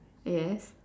yes